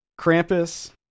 Krampus